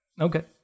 okay